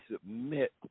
submit